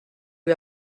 lui